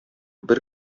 бер